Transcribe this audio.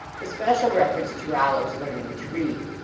with special reference to rollo s learn ing to read.